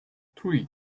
three